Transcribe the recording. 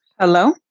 Hello